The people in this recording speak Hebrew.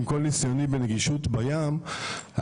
בכל הנושא של נגישות בחוף עם הניסיון שלי,